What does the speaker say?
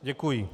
Děkuji.